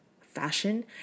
fashion